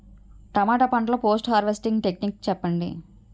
టమాటా పంట లొ post harvesting techniques చెప్పండి?